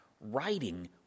writing